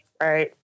right